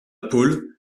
pôle